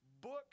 book